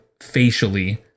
facially